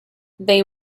they